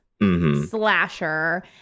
slasher